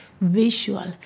visual